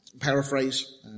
paraphrase